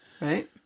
right